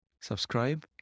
subscribe